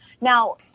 Now